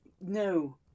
No